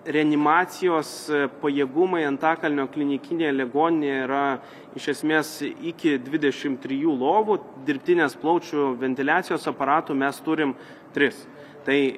reanimacijos pajėgumai antakalnio klinikinėje ligoninėj yra iš esmės iki dvidešim trijų lovų dirbtinės plaučių ventiliacijos aparatų mes turim tris tai